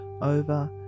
over